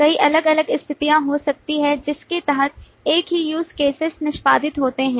कई अलग अलग स्थितियां हो सकती हैं जिनके तहत एक ही use cases निष्पादित होते हैं